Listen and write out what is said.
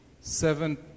seven